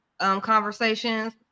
conversations